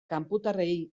kanpotarrei